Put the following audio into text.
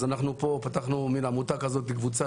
אנחנו פתחנו מין עמותה כזאת, קבוצה